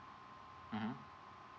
mmhmm